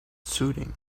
soothing